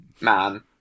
man